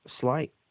Slight